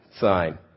sign